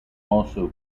also